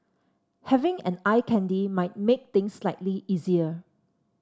having an eye candy might make things slightly easier